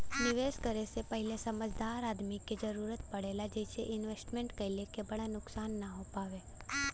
निवेश करे से पहिले समझदार आदमी क जरुरत पड़ेला जइसे इन्वेस्टमेंट कइले क बड़ा नुकसान न हो पावे